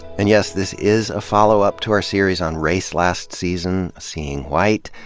and yes, this is a follow-up to our series on race last season, seeing white,